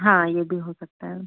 हाँ ये भी हो सकता है